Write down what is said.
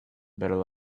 better